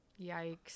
Yikes